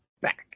back